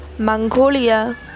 Mongolia